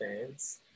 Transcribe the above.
fans